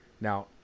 Now